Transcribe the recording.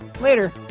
Later